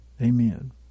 Amen